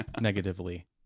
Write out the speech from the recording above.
negatively